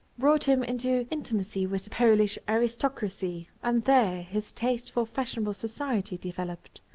brought him into intimacy with the polish aristocracy and there his taste for fashionable society developed.